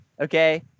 okay